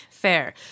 Fair